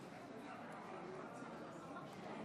תוצאות ההצבעה בהצעת המשותפת: